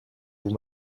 vous